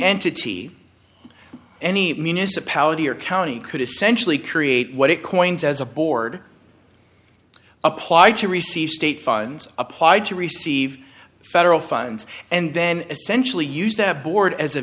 entity or any municipality or county could essentially create what it coins as a board applied to receive state funds applied to receive federal funds and then essentially use that board as a